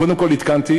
קודם כול, עדכנתי.